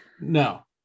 No